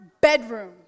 bedroom